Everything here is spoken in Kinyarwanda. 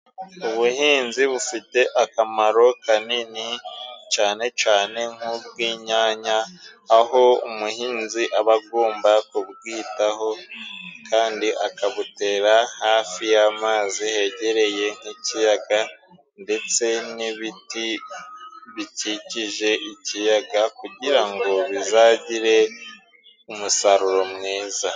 Ubuhinzi bufite akamaro kanini cane cane nk'ubw'inyanya aho umuhinzi aba agomba kubwitaho kandi akabutera hafi y'amazi hegereye nk'ikiyaga ndetse n'ibiti bikikije ikiyaga, kugira ngo bizagire umusaruro mwiza.